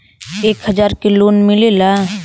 एक हजार के लोन मिलेला?